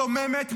דוממת,